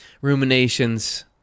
ruminations